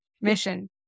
mission